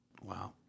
Wow